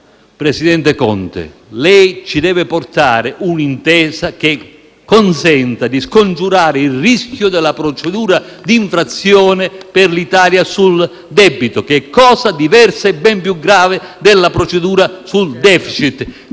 presidente Conte, lei ci deve portare un'intesa che consenta di scongiurare il rischio della procedura d'infrazione per l'Italia sul debito, che è cosa diversa e ben più grave della procedura sul *deficit*.